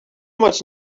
much